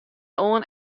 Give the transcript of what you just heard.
oan